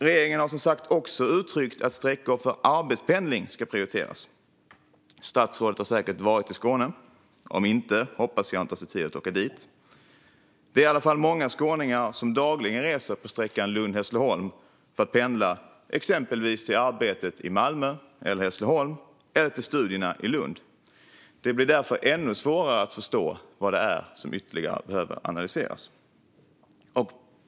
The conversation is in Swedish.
Regeringen har som sagt också uttryckt att sträckor för arbetspendling ska prioriteras. Statsrådet har säkert varit i Skåne. Om inte hoppas jag han tar sig tid att åka dit. Det är i varje fall många skåningar som dagligen reser på sträckan Lund-Hässleholm för att pendla exempelvis till arbetet i Malmö eller Hässleholm eller till studierna i Lund. Det blir därför ännu svårare att förstå vad det är som ytterligare behöver analyseras.